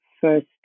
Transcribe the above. first